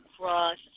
Cross